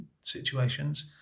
situations